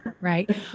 right